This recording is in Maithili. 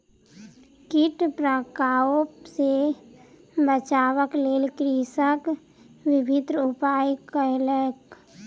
कीट प्रकोप सॅ बचाबक लेल कृषक विभिन्न उपाय कयलक